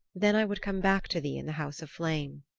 then i would come back to thee in the house of flame.